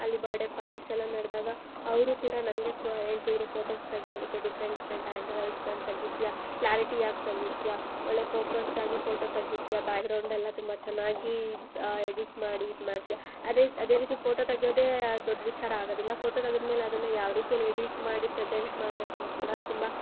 ಅಲ್ಲಿ birthday parties ಎಲ್ಲ ನಡೆದಾಗ ಅವರು ಕೂಡ ನನಗೆ ಕ ಹೇಳ್ತಿದ್ರು ಫೋಟೋಸ್ ತೆಗೆಯೋದಕ್ಕೆ ಡಿಫ್ರೆಂಟ್ ಡಿಫ್ರೆಂಟ್ ಆ್ಯಂಗಲಲ್ಸ್ ಅಲ್ಲಿ ತೆಗಿತೀಯ ಕ್ಲಾರಿಟಿ ಆಗಿ ತೆಗಿತೀಯ ಒಳ್ಳೆ ಫೋಕಸ್ಡ್ ಆಗಿ ಫೋಟೋ ತೆಗಿತೀಯ ಬ್ಯಾಗ್ರೌಂಡ್ ಎಲ್ಲ ತುಂಬ ಚೆನ್ನಾಗಿ ಎಡಿಟ್ ಮಾಡಿ ಇದು ಮಾಡ್ತೀಯಾ ಅದೇ ಅದೇ ರೀತಿ ಫೋಟೋ ತೆಗೆಯೋದೇ ದೊಡ್ಡ ವಿಚಾರ ಆಗೋದಿಲ್ಲ ಫೋಟೋ ತೆಗೆದ್ಮೇಲೆ ಅದನ್ನು ಯಾವ ರೀತಿಯಲ್ಲಿ ಎಡಿಟ್ ಮಾಡಿ ಪ್ರೆಸೆಂಟ್ ಮಾಡಬೇಕು ಅನ್ನೋದು ಕೂಡ ತುಂಬ